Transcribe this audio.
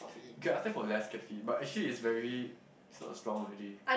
you can ask them for less caffeine but actually it's very it's not strong already